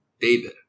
David